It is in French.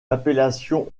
appellation